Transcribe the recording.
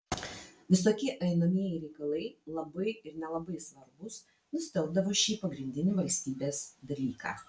visokie einamieji reikalai labai ir nelabai svarbūs nustelbdavo šį pagrindinį valstybės dalyką